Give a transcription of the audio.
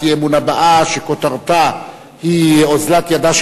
המחויבות של שלטון ה"חמאס"